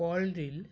কলডিল